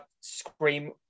scream